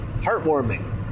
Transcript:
heartwarming